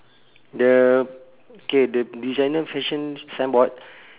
the K the designer fashion signboard